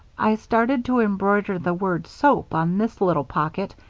i started to embroider the word soap on this little pocket,